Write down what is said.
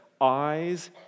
eyes